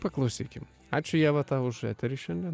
paklausykim ačiū ieva tau už eterį šiandien